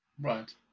Right